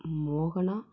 மோகனா